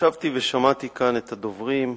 ישבתי ושמעתי כאן את הדוברים.